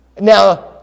Now